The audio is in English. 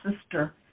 sister